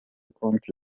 konti